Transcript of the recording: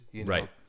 Right